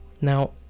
Now